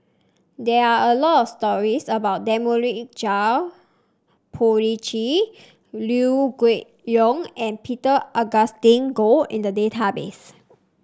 there are a lot stories about Dominic Puthucheary Liew Geok Leong and Peter Augustine Goh in the database